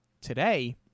today